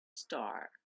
star